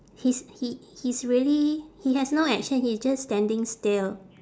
he's h~ he's really he has no action he's just standing still